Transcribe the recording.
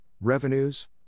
revenues